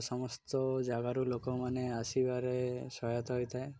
ସମସ୍ତ ଜାଗାରୁ ଲୋକମାନେ ଆସିବାରେ ସହାୟତା ହୋଇଥାଏ